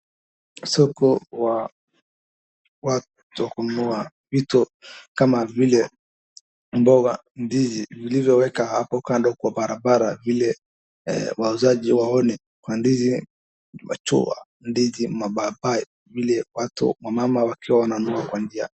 Watu wako sokoni wakinunua ndizi amabzo ziekwa kando ya barabara.